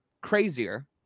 crazier